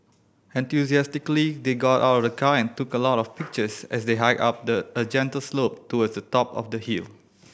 enthusiastically they got out of the car and took a lot of pictures as they hiked up the a gentle slope towards the top of the hill